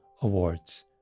awards